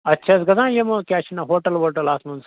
اَتھ چھِ حظ گژھان یِمہٕ کیٛاہ چھِ ونان ہوٹَل ووٹَل اَتھ منٛز